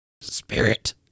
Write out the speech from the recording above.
Spirit